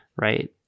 right